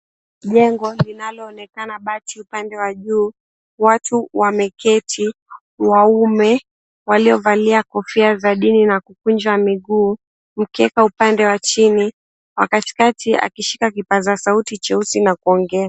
Jengo linaloonekana bati upande wa juu, watu wameketi waume waliovalia kofia za dini na kukunja miguu, mkeka upande wa chini, wa katikati akishika kipaza sauti cheusi na kuongea.